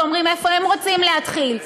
ואומרים איפה הם רוצים להתחיל.